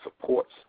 supports